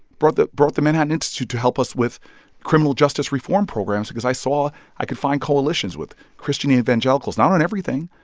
brought the brought the manhattan institute to help us with criminal justice reform programs because i saw i could find coalitions with christian evangelicals not on everything.